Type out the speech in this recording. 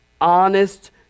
honest